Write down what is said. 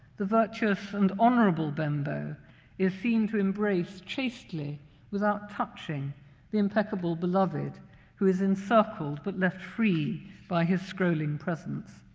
the virtuous and honorable bembo is seen to embrace chastely without touching the impeccable beloved who is encircled, but left free by his scrolling presence.